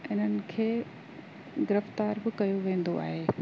हिननि खे गिरफ़्तार बि कयो वेंदो आहे